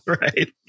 Right